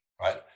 right